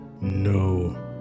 no